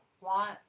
want